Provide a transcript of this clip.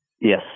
Yes